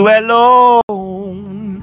alone